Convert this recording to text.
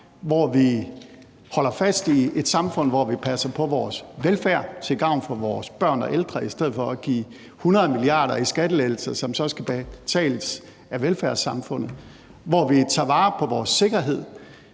hvor vi holder fast i et samfund, hvor vi passer på vores velfærd til gavn for vores børn og ældre, i stedet for at give 100 mia. kr. i skattelettelser, som så skal betales af velfærdssamfundet, og hvor vi tager vare på vores sikkerhed.